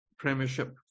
Premiership